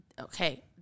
okay